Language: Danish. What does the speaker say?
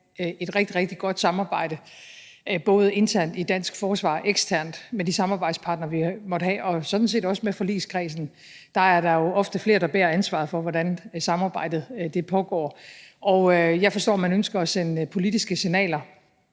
rigtig godt samarbejde både internt i det danske forsvar og eksternt med de samarbejdspartnere, vi måtte have, og sådan set også med forligskredsen. Der er der jo ofte flere, der bærer ansvaret for, hvordan samarbejdet pågår. Jeg forstår, man ønsker at sende politiske signaler